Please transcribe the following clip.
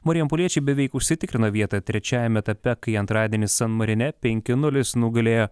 marijampoliečiai beveik užsitikrino vietą trečiajame etape kai antradienį san marine penki nulis nugalėjo